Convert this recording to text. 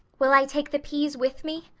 will i take the peas with me?